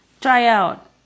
tryout